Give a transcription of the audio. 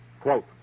Quote